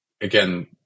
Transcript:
again